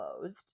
closed